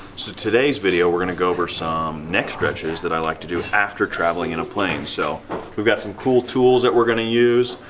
so today's video we're gonna go over some neck stretches that i like to do after traveling in a plane. so we've got some cool tools that we're gonna use.